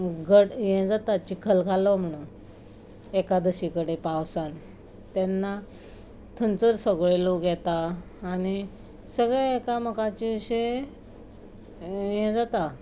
ग हें जाता चिखलकालो म्हणून एकादशी कडेन पावसान तेन्ना थंयसर सगलो लोक येता आनी सगळे एकामेकाचे अशे हें जाता